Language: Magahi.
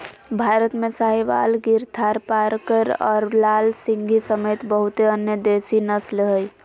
भारत में साहीवाल, गिर थारपारकर और लाल सिंधी समेत बहुते अन्य देसी नस्ल हइ